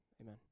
Amen